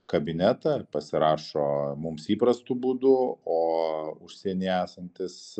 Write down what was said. kabinetą pasirašo mums įprastu būdu o užsienyje esantis